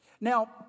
Now